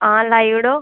हां लाई ओड़ो